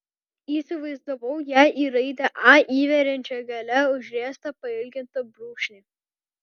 įsivaizdavau ją į raidę a įveriančią gale užriestą pailgintą brūkšnį